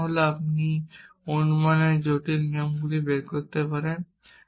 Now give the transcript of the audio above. এর মানে হল আপনি অনুমানের জটিল নিয়মগুলি বের করতে পারেন